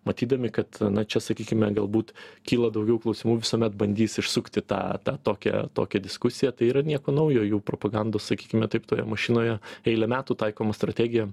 matydami kad na čia sakykime galbūt kyla daugiau klausimų visuomet bandys išsukti tą tą tokią tokią diskusiją tai yra nieko naujo jų propagandos sakykime taip toje mašinoje eilę metų taikoma strategija